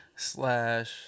Slash